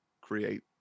create